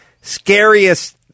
scariest